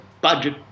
budget